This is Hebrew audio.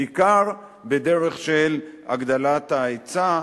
בעיקר בדרך של הגדלת ההיצע.